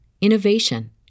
innovation